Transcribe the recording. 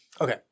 Okay